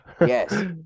Yes